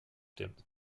gestimmt